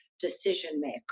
decision-maker